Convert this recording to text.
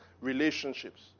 relationships